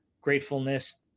gratefulness